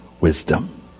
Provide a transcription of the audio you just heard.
wisdom